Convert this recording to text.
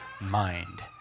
mind